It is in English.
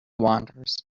wanders